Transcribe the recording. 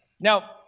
Now